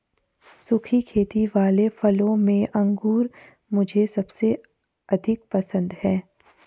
सुखी खेती वाले फलों में अंगूर मुझे सबसे अधिक पसंद है